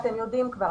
אתם יודעים כבר,